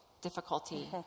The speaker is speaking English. Difficulty